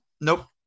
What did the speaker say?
nope